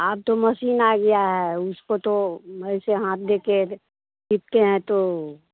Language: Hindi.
अब तो मशीन आ गया है उसको तो ऐसे हाथ देकर टिपते हैं तो